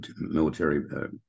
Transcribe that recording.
military